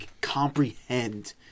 comprehend